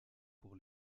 pour